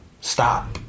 Stop